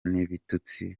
n’ibitutsi